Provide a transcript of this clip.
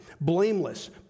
Blameless